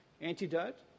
Antidote